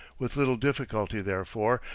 with little difficulty, therefore,